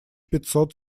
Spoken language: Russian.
пятьсот